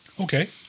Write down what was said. Okay